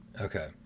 Okay